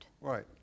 Right